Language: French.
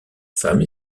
femme